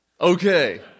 Okay